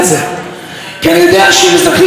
ואני צריך לעבוד עליהם בעיניים.